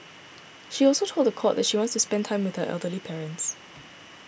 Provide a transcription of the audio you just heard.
she also told the court that she wants to spend time with her elderly parents